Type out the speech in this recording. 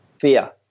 fear